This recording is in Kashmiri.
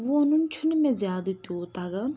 وونُن چھُنہٕ مےٚ زیادٕ تِیوت تَگان